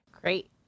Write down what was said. Great